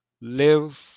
live